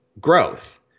growth